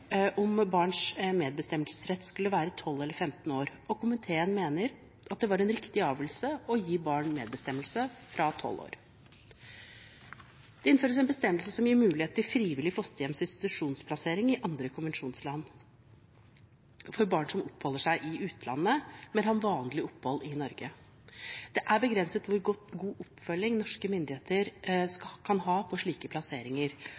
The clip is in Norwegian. for barns medbestemmelsesrett skulle være 12 år eller 15 år, og komiteen mener det var en riktig avgjørelse å gi barn medbestemmelse fra 12 år. Det innføres en bestemmelse som gir mulighet til frivillig fosterhjems- og institusjonsplassering i andre konvensjonsland for barn som oppholder seg i utlandet, men har vanlig opphold i Norge. Det er begrenset hvor god oppfølging norske myndigheter kan ha på slike plasseringer,